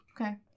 Okay